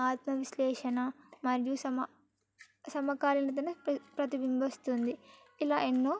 ఆత్మవిశ్లేషణ మరియు సమ సమకాలీనతను ప్ర ప్రతిబింబిస్తుంది ఇలా ఎన్నో